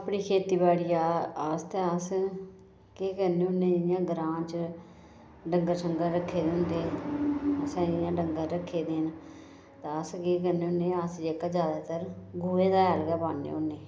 अपनी खेतीबाड़िया आस्तै अस केह् करने होन्ने जियां ग्रांऽ च डंगर शंगर रक्खे दे होंदे असें इयां डंगर रक्खे दे होंदे ते अस केह् करने होन्ने आं जेह्का ज्यादातर गोहे दा हैल गै पान्ने होन्ने